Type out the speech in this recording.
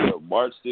March